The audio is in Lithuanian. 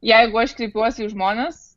jeigu aš kreipiuosi į žmonės